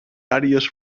àrees